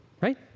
right